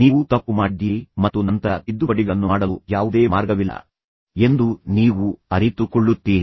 ನೀವು ತಪ್ಪು ಮಾಡಿದ್ದೀರಿ ಮತ್ತು ನಂತರ ತಿದ್ದುಪಡಿಗಳನ್ನು ಮಾಡಲು ಯಾವುದೇ ಮಾರ್ಗವಿಲ್ಲ ಎಂದು ನೀವು ಅರಿತುಕೊಳ್ಳುತ್ತೀರಿ